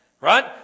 right